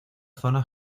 zona